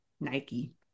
Nike